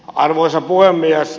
arvoisa puhemies